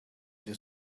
the